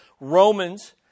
Romans